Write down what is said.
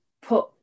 put